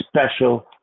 special